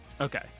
Okay